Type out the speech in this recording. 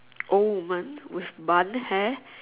old woman with bun hair